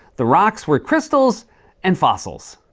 the rocks were crystals and fossils.